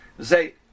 say